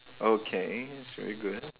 okay that's very good